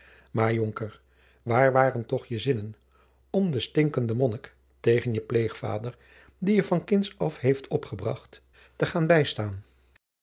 maar jonker waar waren toch je zinnen om den stinkenden monnik tegen je pleegvader die je van kinds af heeft opgebracht te gaan bijstaan